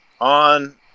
on